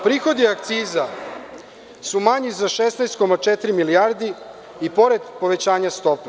Prihodi od akciza su manji za 16,4 milijarde i pored povećanja stope.